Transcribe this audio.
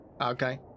okay